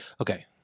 Okay